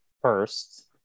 first